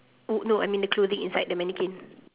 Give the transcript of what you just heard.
oh no I mean the clothing inside the mannequin